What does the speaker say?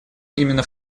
именно